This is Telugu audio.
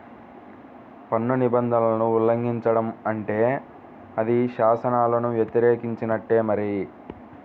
పన్ను నిబంధనలను ఉల్లంఘించడం అంటే అది శాసనాలను వ్యతిరేకించినట్టే మరి